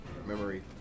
memory